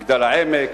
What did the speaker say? מגדל-העמק,